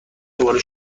دوباره